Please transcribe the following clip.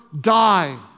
die